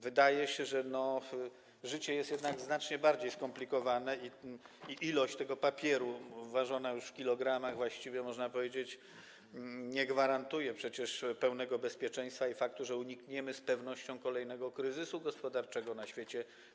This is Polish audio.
Wydaje się, że życie jest jednak znacznie bardziej skomplikowane i ilość tego papieru ważona już w kilogramach właściwie, można powiedzieć, nie gwarantuje przecież pełnego bezpieczeństwa i faktu, że unikniemy z pewnością kolejnego kryzysu gospodarczego na świecie.